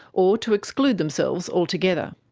or to exclude themselves altogether.